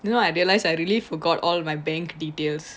you know I realised I really forgot all my bank details